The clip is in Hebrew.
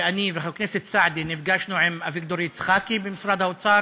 אני וחבר הכנסת סעדי נפגשנו עם אביגדור יצחקי במשרד האוצר